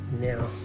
Now